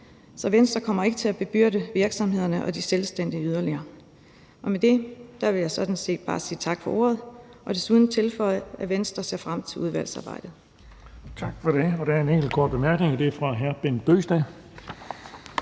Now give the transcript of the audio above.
Så Venstre kommer ikke til at bebyrde virksomhederne og de selvstændige yderligere. Med det vil jeg sådan set bare sige tak for ordet og desuden tilføje, at Venstre ser frem til udvalgsarbejdet. Kl. 17:12 Den fg. formand (Erling Bonnesen): Tak for det.